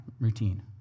routine